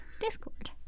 Discord